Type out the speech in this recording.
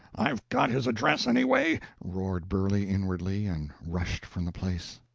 i've got his address, anyway! roared burley, inwardly, and rushed from the place.